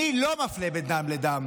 אני לא מפלה בין דם לדם.